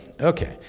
okay